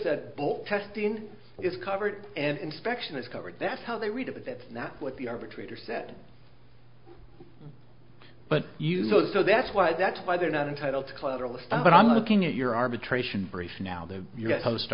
said both testing is covered and inspection is covered that's how they read it but that's not what the arbitrator said but you know that's why that's why they're not entitled to collateral effects but i'm looking at your arbitration brief now the post